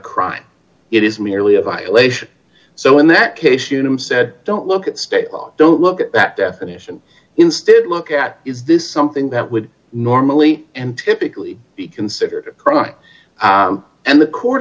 crime it is merely a violation so in that case unum said don't look at state law don't look at that definition instead look at is this something that would normally and typically be considered a crime and the